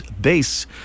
Base